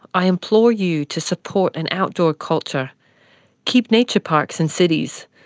i implore you to support an outdoor culture keep nature parks in cities,